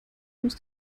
muss